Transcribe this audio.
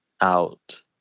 out